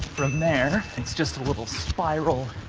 from there, it's just a little spiral.